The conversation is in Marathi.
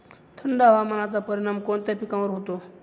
थंड हवामानाचा परिणाम कोणत्या पिकावर होतो?